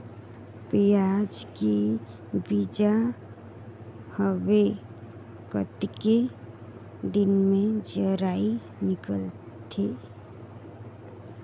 पियाज के बीजा हवे कतेक दिन मे जराई निकलथे?